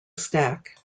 stack